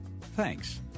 Thanks